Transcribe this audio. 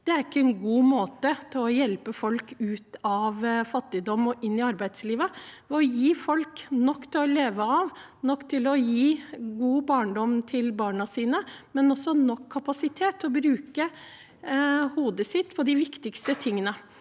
Det er ikke en god måte for å hjelpe folk ut av fattigdom og inn i arbeidslivet. Man må gi folk nok til å leve av, nok til å gi en god barndom til barna sine, men også nok kapasitet til å bruke hodet sitt på de viktigste tingene.